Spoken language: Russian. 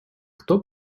кто